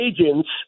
agents